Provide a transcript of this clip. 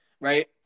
right